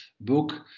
book